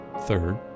Third